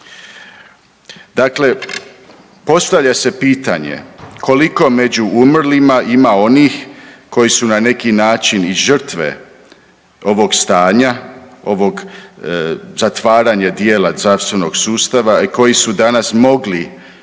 Dakle, postavlja se pitanje koliko među umrlima ima onih koji su na neki način i žrtve ovog stanja, ovog zatvaranja dijela zdravstvenog sustava i koji su danas mogli